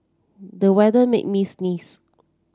the weather made me sneeze